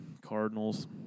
Cardinals